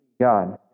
God